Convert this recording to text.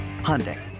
Hyundai